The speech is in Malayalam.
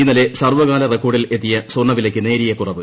ഇന്നലെ സർവ്വകാല റെക്കോർഡിൽ എത്തിയ സ്വർണ്ണ വിലയ്ക്ക് നേരിയ കുറവ്